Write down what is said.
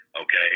okay